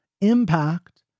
impact